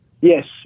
Yes